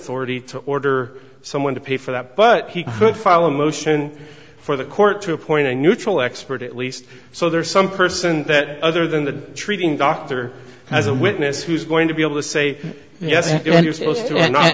authority to order someone to pay for that but he could file a motion for the court to appoint a neutral expert at least so there's some person that other than the treating doctor has a witness who's going to be able to say yes